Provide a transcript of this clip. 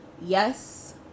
Yes